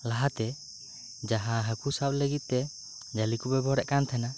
ᱞᱟᱦᱟᱛᱮ ᱡᱟᱦᱟᱸ ᱦᱟᱠᱳ ᱥᱟᱵ ᱞᱟᱹᱜᱤᱫ ᱛᱮ ᱡᱷᱟᱹᱞᱤ ᱠᱚ ᱵᱮᱵᱚᱦᱟᱨ ᱮᱫ ᱠᱟᱱ ᱛᱟᱦᱮᱸᱱᱟ